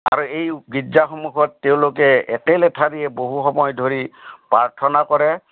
আৰু এই গীৰ্জাসমূহত তেওঁলোকে একেলেঠাৰিয়ে বহু সময় ধৰি প্ৰাৰ্থনা কৰে